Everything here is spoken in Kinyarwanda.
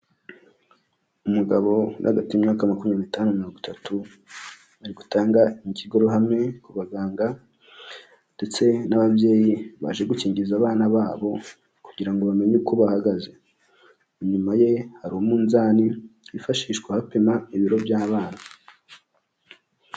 Umugabo uri hagati y'imyaka makumyabiri n'itanu na mirongo itatu, ari gutanga imbwirwaruhame ku baganga ndetse n'ababyeyi baje gukingiza abana babo, kugira ngo bamenye uko bahagaze, inyuma ye hari umunzani wifashishwa bapima ibiro by'abana.